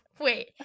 wait